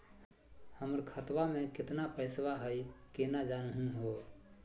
हमर खतवा मे केतना पैसवा हई, केना जानहु हो?